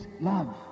love